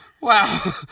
Wow